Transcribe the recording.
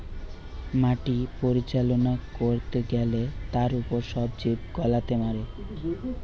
মাটি পরিচালনা করতে গ্যালে তার উপর সব জীব গুলাকে মারে